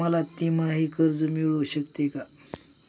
मला तिमाही कर्ज मिळू शकते का?